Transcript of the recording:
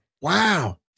Wow